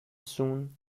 soon